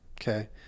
Okay